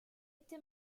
été